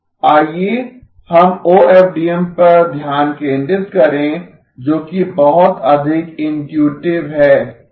आइए हम ओएफडीएम पर ध्यान केंद्रित करें जो कि बहुत अधिक इन्ट्युटिव है